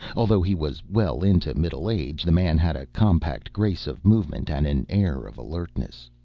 although he was well into middle age, the man had a compact grace of movement and an air of alertness.